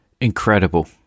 Incredible